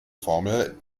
formel